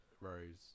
rows